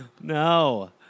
No